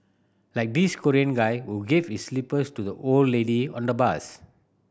like this Korean guy who gave his slippers to the old lady on the bus